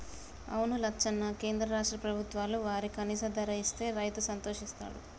అవును లచ్చన్న కేంద్ర రాష్ట్ర ప్రభుత్వాలు వారికి కనీస ధర ఇస్తే రైతు సంతోషిస్తాడు